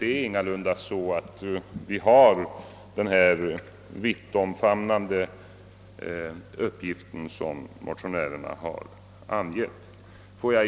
Vi har inte alls den vittfamnande uppgift som motionärerna velat ge den tilltänkta utredningen.